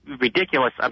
ridiculous